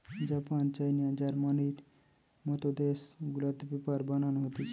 Japan, China, জার্মানির মত দেশ গুলাতে পেপার বানানো হতিছে